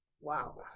wow